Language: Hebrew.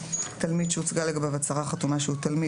(2) תלמיד שהוצגה לגביו הצהרה חתומה שהוא תלמיד